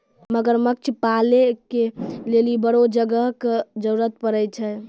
मगरमच्छ पालै के लेली बड़ो जगह के जरुरत पड़ै छै